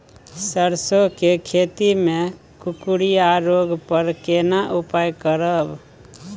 सरसो के खेती मे कुकुरिया रोग पर केना उपाय करब?